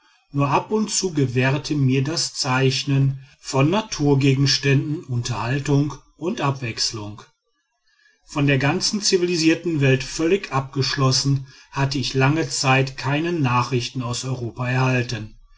nur ab und zu gewährte mir das zeichnen von naturgegenständen unterhaltung und abwechslung jagd auf rohrratten von der ganzen zivilisierten welt völlig abgeschlossen hatte ich lange zeit keine nachrichten aus europa erhalten